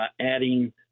adding